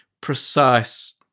precise